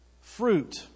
fruit